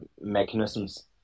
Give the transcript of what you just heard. mechanisms